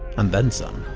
and then some.